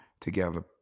together